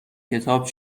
کتاب